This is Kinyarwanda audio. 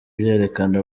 byerekana